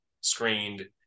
screened